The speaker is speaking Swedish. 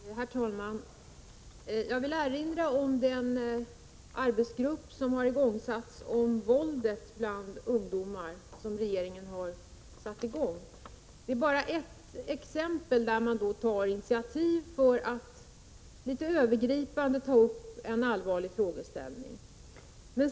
Prot. 1986/87:67 Herr talman! Jag vill erinra om den arbetsgrupp som regeringen har satt i 9 februari 1987 gång med anledning av våldet bland ungdomar. Det är bara ett exempel på hur man tar initiativ till att litet övergripande ta upp en allvarlig frågeställning.